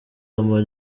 ama